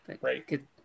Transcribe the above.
Right